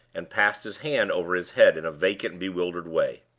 and passed his hand over his head in a vacant, bewildered way.